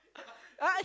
uh